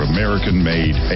American-made